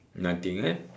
nothing eh